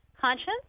conscience